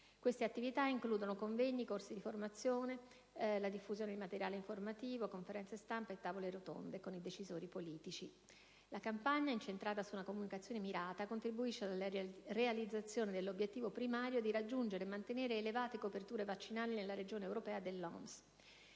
Queste attività includono convegni, corsi di formazione, la diffusione di materiale informativo, conferenze stampa e tavole rotonde con i decisori politici. La campagna, incentrata su una comunicazione mirata, contribuisce alla realizzazione dell'obiettivo primario di raggiungere e mantenere elevate coperture vaccinali nella Regione europea